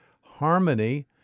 Harmony